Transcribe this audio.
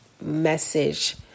message